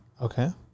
Okay